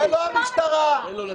מיקי, בבקשה, נא לסיים.